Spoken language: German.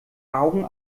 augen